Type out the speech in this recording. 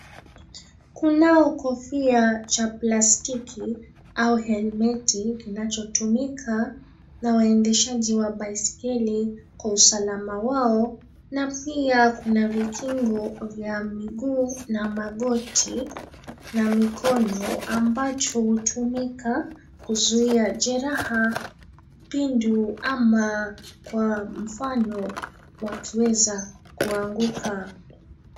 Kunao kofia cha plastiki au helmeti kinachotumika na waendeshaji wa baiskeli kwa usalama wao na pia kuna vikingo vya miguu na magoti na mikono ambacho hutumika kuzuia jeraha pindu ama kwa mfano wakiweza kuanguka.